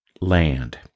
land